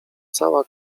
cała